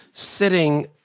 sitting